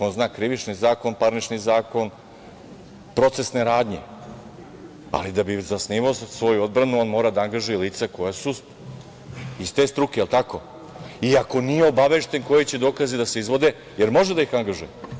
On zna Krivični zakon, Parnični zakon, procesne radnje, ali da bi zasnivao svoju odbranu on mora da angažuje lica koja su iz te struke, jel tako, i ako nije obavešten koji će dokazi da se izvodi može li da ih angažuje?